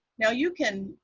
now, you can